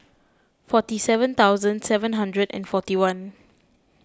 forty seven thousand seven hundred and forty one